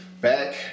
back